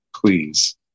Please